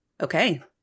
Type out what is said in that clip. okay